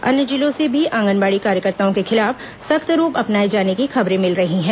अन्य जिलों से भी आंगनबाड़ी कार्यकर्ताओं के खिलाफ सख्त रूख अपनाए जाने की खबरें मिल रही हैं